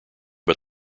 but